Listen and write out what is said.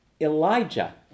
Elijah